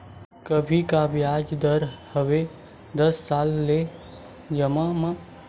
अभी का ब्याज दर हवे दस साल ले जमा मा?